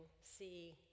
see